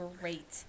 great